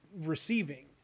receiving